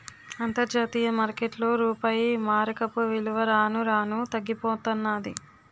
అంతర్జాతీయ మార్కెట్లో రూపాయి మారకపు విలువ రాను రానూ తగ్గిపోతన్నాది